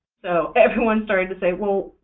so everyone started to say, well,